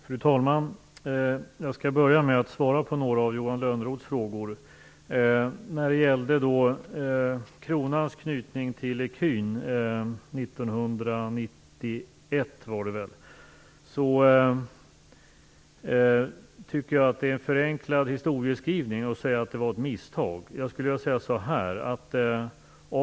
Fru talman! Jag skall börja med att svara på några av Johan Lönnroths frågor. Jag tycker att det är en förenklad historieskrivning att säga att kronans knytning till ecun 1991 var ett misstag.